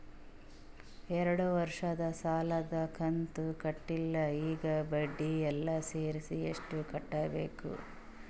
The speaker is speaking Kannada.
ಎರಡು ವರ್ಷದ ಸಾಲದ ಕಂತು ಕಟ್ಟಿಲ ಈಗ ಬಡ್ಡಿ ಎಲ್ಲಾ ಸೇರಿಸಿ ಎಷ್ಟ ಕಟ್ಟಬೇಕು?